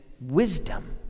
wisdom